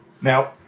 Now